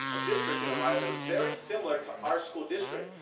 a district in ohio, that was very similar to our school district.